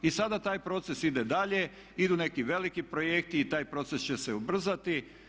I sada taj proces ide dalje, idu neki veliki projekti i taj proces će se ubrzati.